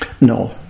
No